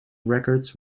records